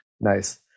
Nice